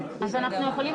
אז יש לנו שלושה נגד.